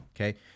Okay